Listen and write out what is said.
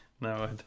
no